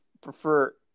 prefer